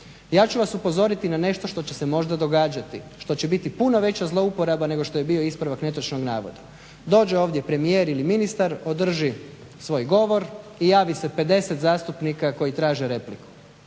Ja ću vas upozoriti na nešto što će se možda događati, što će biti puno veća zlouporaba nego što je bio ispravak netočnog navoda. Dođe ovdje premijer ili ministar, održi svoj govor i javi se 50 zastupnika koji traže repliku.